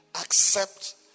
accept